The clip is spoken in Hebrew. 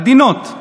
עדינות.